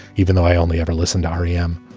even though i only ever listened to r e m.